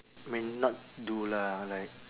I mean not do lah like